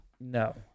No